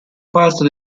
parte